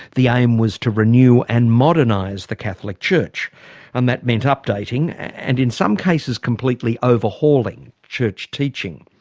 the aim was to renew and modernise the catholic church and that meant updating and in some cases, completely overhauling church teaching.